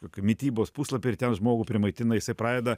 kokį mitybos puslapį ir ten žmogų primaitina jisai pradeda